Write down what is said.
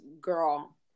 girl